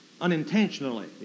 unintentionally